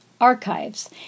archives